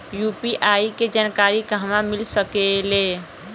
UPI के जानकारी कहवा मिल सकेले?